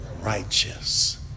righteous